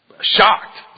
shocked